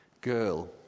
girl